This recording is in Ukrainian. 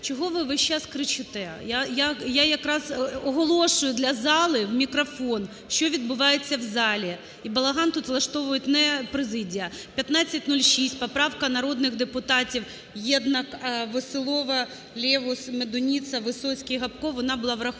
Чого ви весь час кричите? Я якраз оголошую для зали в мікрофон, що відбувається в залі. І балаган тут влаштовують не президія. 1506, поправка народних депутатів: Єднак, Веселова, Левус, Медуниця, Висоцький, Гопко – вона була врахована.